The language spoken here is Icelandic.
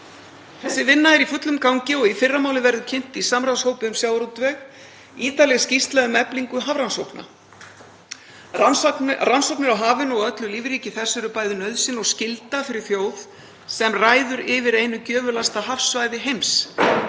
Þessi vinna er í fullum gangi og í fyrramálið verður kynnt í samráðshópi um sjávarútveg ítarleg skýrsla um eflingu hafrannsókna. Rannsóknir á hafinu og öllu lífríki þess eru bæði nauðsyn og skylda fyrir þjóð sem ræður yfir einu gjöfulasta hafsvæði heims